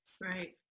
right